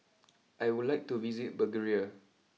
I would like to visit Bulgaria